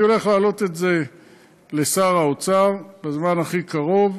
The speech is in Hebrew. אני הולך להעלות את זה לשר האוצר בזמן הכי קרוב,